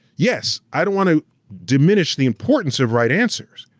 yes, i don't want to diminish the importance of right answers,